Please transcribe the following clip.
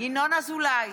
ינון אזולאי,